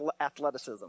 athleticism